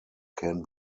can